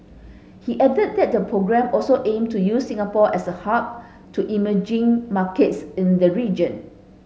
he added that the programme also aim to use Singapore as a hub to emerging markets in the region